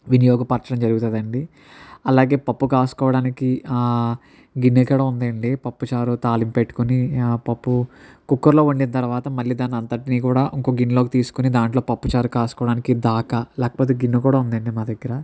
వినియోగపరచడం జరుగుతుంది అండి అలాగే పప్పు కాసుకోవడానికి గిన్నె కూడా ఉంది అండి పప్పుచారు తాళింపు పెట్టుకోని పప్పు కుక్కర్లో వండిన తర్వాత మళ్ళీ దాన్ని అంతటిని కూడా ఇంకొక గిన్నెలోకి తీసుకోని దాంట్లో పప్పు చారు కాసుకోవడానికి దాకా లేకపోతే గిన్నె కూడా ఉంది అండి మా దగ్గర